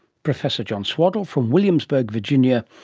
professor john swaddle from williamsburg virginia,